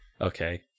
okay